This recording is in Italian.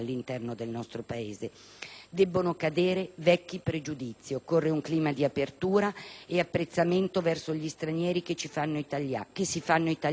«Debbono cadere vecchi pregiudizi, occorre un clima di apertura e apprezzamento verso gli stranieri che si fanno italiani. In un clima siffatto